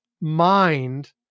Mind